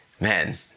man